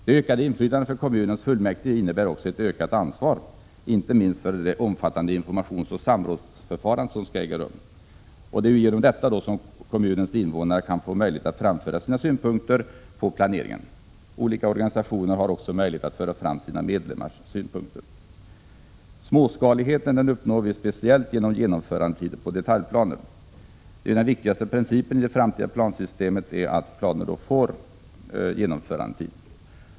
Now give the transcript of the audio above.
Det ökade inflytandet för kommunfullmäktige innebär också ett ökat ansvar, inte minst för det omfattande informationsoch samrådsförfarande som skall äga rum. Genom detta kan kommunens invånare få möjlighet att föra fram sina synpunkter på planeringen. Olika organisationer har också möjligheter att föra fram sina medlemmars synpunkter. Småskalighet uppnås speciellt med genomförandetider för detaljplaner. Den viktigaste principen i det framtida plansystemet är just att planer åsätts en viss genomförandetid.